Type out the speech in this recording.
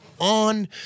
on